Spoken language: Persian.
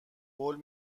قول